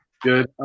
Good